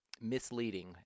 misleading